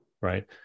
right